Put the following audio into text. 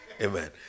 Amen